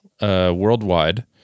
worldwide